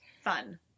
Fun